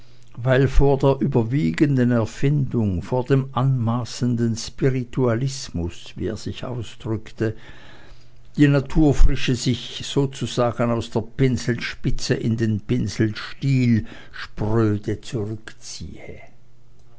weil vor der überwiegenden erfindung vor dem anmaßenden spiritualismus wie er sich ausdrückte die naturfrische sich sozusagen aus der pinselspitze in den pinselstiel spröde zurückziehe